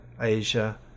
Asia